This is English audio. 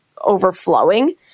overflowing